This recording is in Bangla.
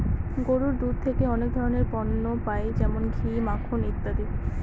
গরুর দুধ থেকে অনেক ধরনের পণ্য পাই যেমন ঘি, মাখন ইত্যাদি